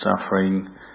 suffering